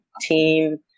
team